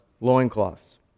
loincloths